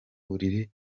buriri